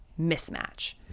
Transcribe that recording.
mismatch